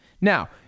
Now